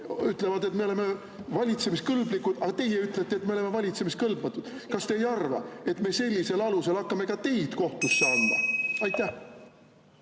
ütleb, et me oleme valitsemiskõlblikud, aga teie ütlete, et me oleme valitsemiskõlbmatud. Kas te ei arva, et me sellisel alusel hakkame ka teid kohtusse andma? Esiteks,